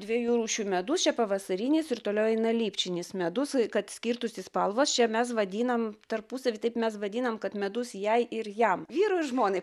dviejų rūšių medus čia pavasarinis ir toliau eina lipčinis medus kad skirtųsi spalvos čia mes vadinam tarpusavy taip mes vadinam kad medus jai ir jam vyrui ir žmonai